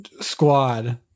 squad